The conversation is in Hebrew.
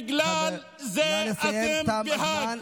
בגלל זה אתם בהאג.